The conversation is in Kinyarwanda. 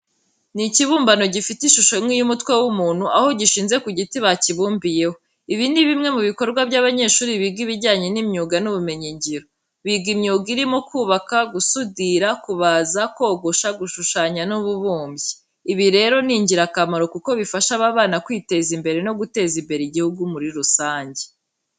Ni ikibumbano gifite ishusho nk'iy'umutwe w'umuntu, aho gishinze ku giti bakibumbiyeho. Ibi ni bimwe mu bikorwa by'abanyeshuri biga ibijyanye n'imyuga n'ubumenyingiro. Biga imyuga irimo kubaka, gusudira, kubaza, kogosha, gushushanya n'ububumbyi. Ibi rero ni ingirakamaro kuko bifasha aba bana kwiteza imbere no guteza imbere igihugu muri rusange.